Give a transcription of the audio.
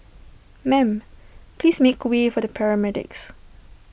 ma'am please make way for the paramedics